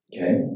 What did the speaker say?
Okay